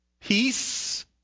peace